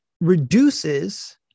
reduces